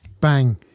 bang